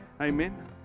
Amen